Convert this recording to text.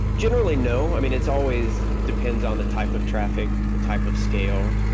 generally no. i mean, it's always depends on the type of traffic, the type of scale.